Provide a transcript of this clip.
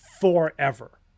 forever